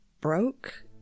broke